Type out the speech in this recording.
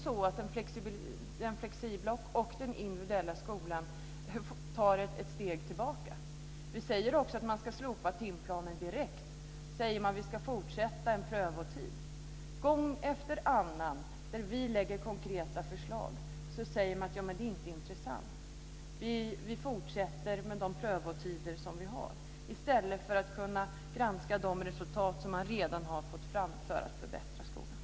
Då tar flexibiliteten i skolan ett steg tillbaka. Vi säger också att timplanen bör slopas direkt. Då säger man att vi ska fortsätta med en prövotid. Gång efter annan när vi lägger fram konkreta förslag säger man att det inte är intressant och att man ska fortsätta med de prövotider som gäller i stället för att granska de resultat som man redan har fått fram för att förbättra skolan.